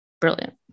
brilliant